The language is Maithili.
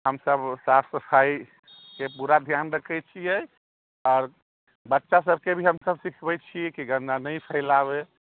हमसब साफ सफाइके पूरा धिआन रखै छिए आओर बच्चा सबके भी हमसब सिखबै छिए कि गन्दा नहि फैलाबे